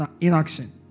Inaction